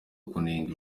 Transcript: kunenga